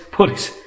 Police